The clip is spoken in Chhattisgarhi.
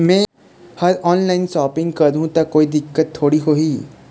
मैं हर ऑनलाइन शॉपिंग करू ता कोई दिक्कत त थोड़ी होही?